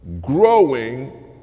Growing